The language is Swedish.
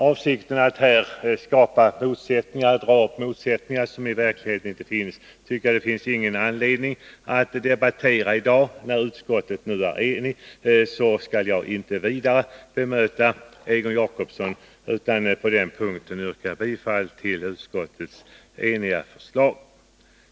Avsikten att skapa motsättningar, som i verkligheten inte existerar, finns det ingen anledning att debattera i dag. När utskottet nu är enigt skall jag inte vidare bemöta Egon Jacobssons inlägg, utan på den punkten yrkar jag bifall till utskottets enhälliga förslag.